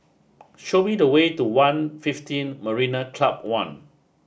show me the way to One Fifteen Marina Club One